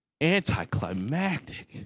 Anticlimactic